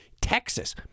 Texas